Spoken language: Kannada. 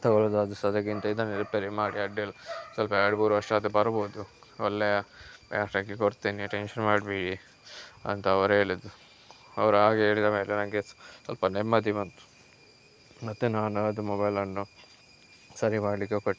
ತಗೊಳ್ಳೊದಾದ್ರು ಸಹ ಅದಕ್ಕಿಂತ ಇದನ್ನೇ ರಿಪೇರಿ ಮಾಡಿ ಅಡ್ಡಿಲ್ಲ ಸ್ವಲ್ಪ ಎರಡು ಮೂರು ವರ್ಷ ಆದರು ಬರ್ಬೋದು ಒಳ್ಳೆಯ ಬ್ಯಾಟ್ರಿ ಹಾಕಿ ಕೊಡ್ತೇನೆ ಟೆನ್ಶನ್ ಮಾಡಬೇಡಿ ಅಂತ ಅವರೇಳಿದ್ರು ಅವ್ರು ಹಾಗೆ ಹೇಳಿದ ಮೇಲೆ ನನೆಗೆ ಸ್ವಲ್ಪ ನೆಮ್ಮದಿ ಬಂತು ಮತ್ತೆ ನಾನು ಅದು ಮೊಬೈಲನ್ನು ಸರಿ ಮಾಡಲಿಕ್ಕೆ ಕೊಟ್ಟೆ